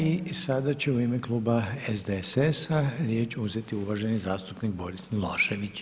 I sada će u ime kluba SDSS-a riječ uzeti uvaženi zastupnik Boris Milošević.